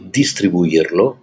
distribuirlo